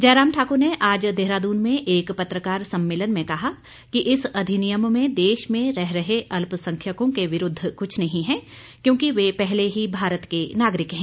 जयराम ठाकुर ने आज देहरादून में एक पत्रकार सम्मेलन में कहा कि इस अधिनियम में देश में रह रहे अल्पसंख्यकों के विरूद्व कुछ नहीं है क्योंकि वे पहले ही भारत के नागरिक है